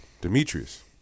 Demetrius